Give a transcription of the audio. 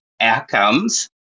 outcomes